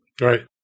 Right